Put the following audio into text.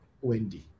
Wendy